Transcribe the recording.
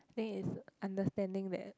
then it's understanding that